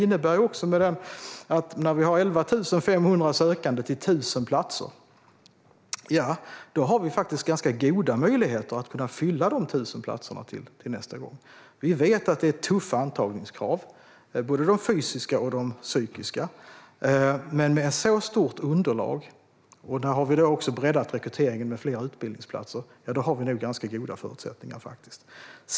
När vi har 11 500 sökande till 1 000 platser innebär det också att vi har ganska goda möjligheter att fylla de 1 000 platserna till nästa gång. Vi vet att det är tuffa antagningskrav, både de fysiska och de psykiska, men med ett så stort underlag har vi nog ganska goda förutsättningar. Vi har också breddat rekryteringen med fler utbildningsplatser.